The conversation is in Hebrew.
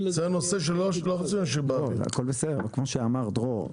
כמו שאמר דרור,